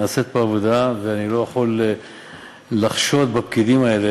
ואני לא יכול לחשוד בפקידים האלה,